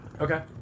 Okay